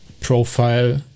profile